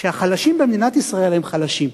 שהחלשים במדינת ישראל הם חלשים.